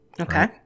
Okay